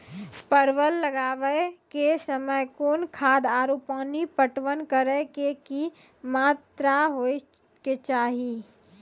परवल लगाबै के समय कौन खाद आरु पानी पटवन करै के कि मात्रा होय केचाही?